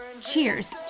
cheers